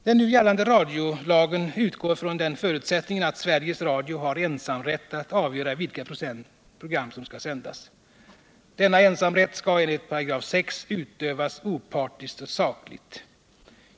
Den nu gällande radiolagen utgår ifrån den förutsättningen att Sveriges Radio har ensamrätt att avgöra vilka program som skall sändas. Denna ensamrätt skall enligt 6 § utövas opartiskt och sakligt.